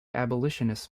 abolitionist